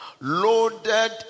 Loaded